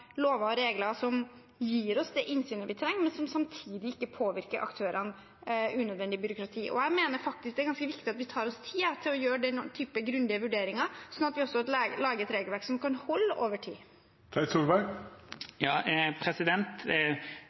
lover og regler som gir oss det innsynet vi trenger, men som ikke samtidig påfører aktørene unødvendig byråkrati. Jeg mener faktisk det er ganske viktig at vi tar oss tid til å gjøre den typen grundige vurderinger, sånn at vi lager et regelverk som kan holde over tid.